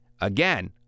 Again